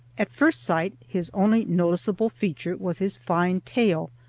at first sight his only noticeable feature was his fine tail,